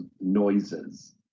noises